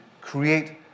create